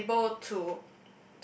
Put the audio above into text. be able to